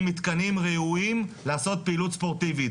מתקנים ראויים לעשות פעילות ספורטיבית.